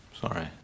Sorry